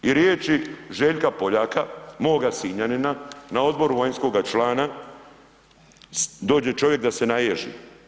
I riječi Željka Poljaka, moga Sinjanina na odboru vanjskoga člana, dođe čovjek da se naježi.